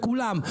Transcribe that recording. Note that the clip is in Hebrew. כולם,